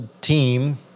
team